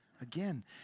Again